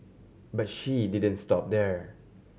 but she didn't stop there